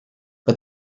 but